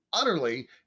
utterly